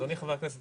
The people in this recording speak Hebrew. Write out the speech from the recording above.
אדוני חבר הכנסת,